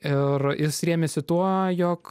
ir jis rėmėsi tuo jog